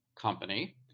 company